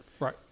Right